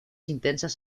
intensas